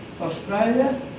Australia